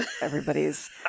everybody's